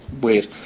weird